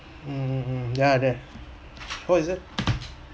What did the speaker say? mm mm mm ya there what is it